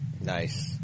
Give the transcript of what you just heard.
Nice